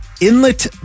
inlet